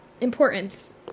importance